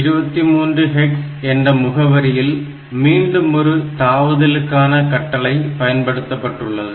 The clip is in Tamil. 23 hex என்ற முகவரியில் மீண்டுமொரு தாவுதலுக்கான கட்டளை பயன்படுத்தப்பட்டுள்ளது